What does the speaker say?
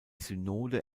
synode